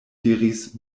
diris